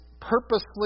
purposely